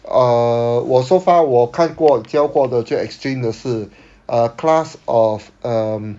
uh 我 so far 我看过教过的最 extreme 的是 a class of um